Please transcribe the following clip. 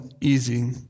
easy